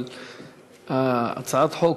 אבל הצעת החוק,